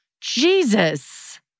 Jesus